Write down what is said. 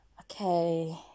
Okay